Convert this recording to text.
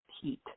heat